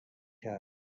کرد